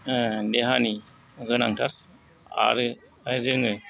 देहानि गोनांथार आरो जों